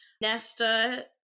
Nesta